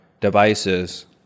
devices